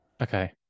Okay